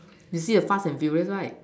you see the fast and furious right